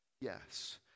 Yes